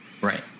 Right